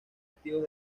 activos